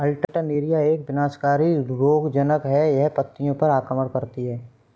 Alternaria एक विनाशकारी रोगज़नक़ है, यह पत्तियों पर आक्रमण करती है